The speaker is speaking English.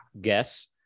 guess